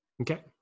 Okay